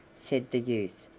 said the youth,